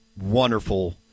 wonderful